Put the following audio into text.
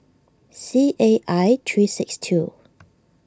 C A I three six two